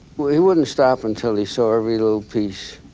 well he wouldn't stop until he saw every little piece